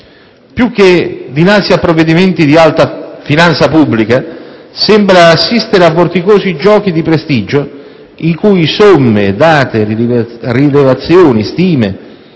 Più che a provvedimenti di alta finanza pubblica, sembra di assistere a vorticosi giochi di prestigio, in cui somme, dati, rilevazioni, stime,